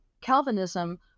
Calvinism